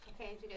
Okay